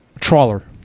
Trawler